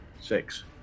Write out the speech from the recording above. six